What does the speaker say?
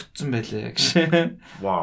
Wow